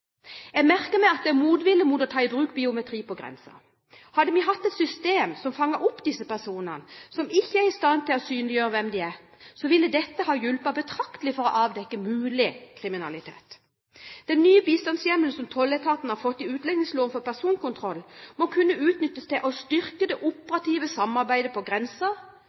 Jeg merker meg at det er motvilje mot å ta i bruk biometri på grensen. Hadde vi hatt et system som fanget opp disse personene som ikke er i stand til å synliggjøre hvem de er, ville dette ha hjulpet betraktelig for å avdekke mulig kriminalitet. Den nye bistandshjemmelen for personkontroll som tolletaten har fått i utlendingsloven, må kunne utnyttes til å styrke det operative samarbeidet på